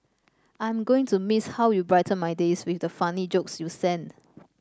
I am going to miss how you brighten my days with the funny jokes you sent